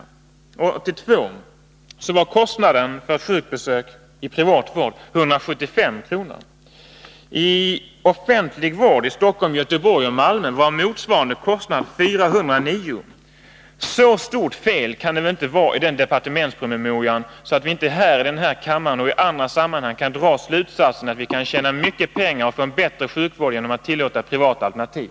För 1982 var kostnaden för sjukbesök i privatvård 175 kr. medan den i offentlig vård i Stockholm, Göteborg och Malmö var 409 kr. Så stora fel kan det väl inte vara i denna promemoria att vi inte här i kammaren och i andra sammanhang kan dra slutsatsen att man kan tjäna mycket och få en bättre sjukvård genom att tillåta privata alternativ.